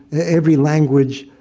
every language,